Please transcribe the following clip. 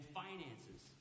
finances